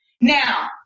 Now